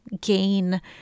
gain